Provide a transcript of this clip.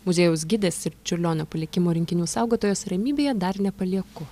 muziejaus gidės ir čiurlionio palikimo rinkinių saugotojos ramybėje dar nepalieku